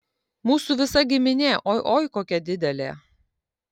mūsų visa giminė oi oi kokia didelė